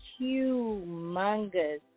humongous